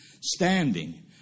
standing